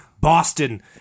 Boston